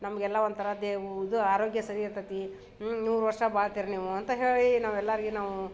ನಮಗೆಲ್ಲ ಒಂಥರ ದೇ ವೂ ಇದು ಆರೋಗ್ಯ ಸರಿ ಇರ್ತೈತಿ ಹ್ಞೂ ನೂರು ವರ್ಷ ಬಾಳ್ತೀರಿ ನೀವು ಅಂತ ಹೇಳಿ ನಾವು ಎಲ್ಲಾರ್ಗೆ ನಾವು